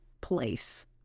place